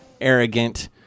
arrogant